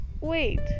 wait